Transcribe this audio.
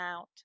out